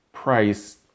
price